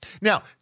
Now